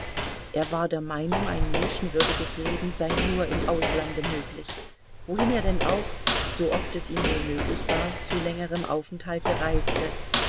er war der meinung ein menschenwürdiges leben sei nur im auslande möglich wohin er denn auch sooft es ihm nur möglich war zu längerem aufenthalte reiste